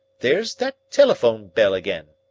there's that telephone-bell again.